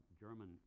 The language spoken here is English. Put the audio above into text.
German